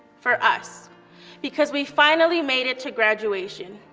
for us because we finally made it to graduation.